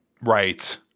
Right